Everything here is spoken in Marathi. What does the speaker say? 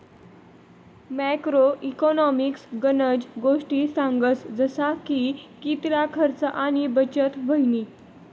मॅक्रो इकॉनॉमिक्स गनज गोष्टी सांगस जसा की कितला खर्च आणि बचत व्हयनी